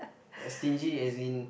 as stingy as in